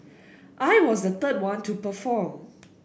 I was the third one to perform